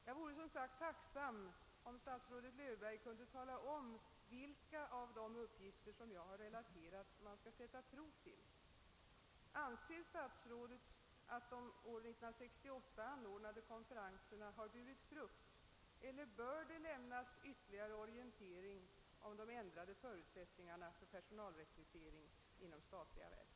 Jag vore som sagt tacksam om statsrådet Löfberg kunde tala om vilka av de uppgifter jag relaterat som man skall sätta tro till. Anser statsrådet att de år 1968 anordnade konferenserna har burit frukt eller bör det lämnas ytterligare orientering om de ändrade förutsättningarna för personalrekrytering inom statliga verk?